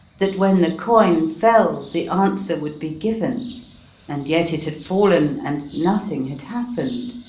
that when the coin fell the answer would be given and yet it had fallen, and nothing had happened,